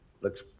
Looks